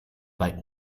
bei